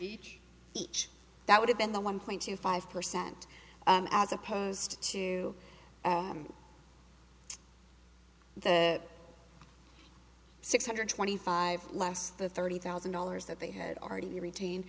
each each that would have been the one point two five percent as opposed to the six hundred twenty five last the thirty thousand dollars that they had already retain